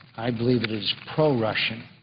i believe it is pro-russian.